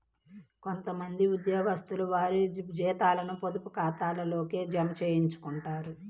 కొంత మంది ఉద్యోగస్తులు వారి జీతాలను పొదుపు ఖాతాల్లోకే జమ చేయించుకుంటారు